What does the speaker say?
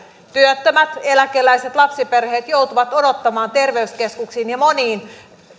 työttömät eläkeläiset lapsiperheet joutuvat odottamaan terveyskeskuksiin ja moniin